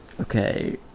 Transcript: Okay